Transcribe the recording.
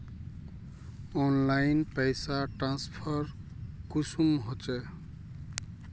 Online पैसा transfer कुंसम होचे?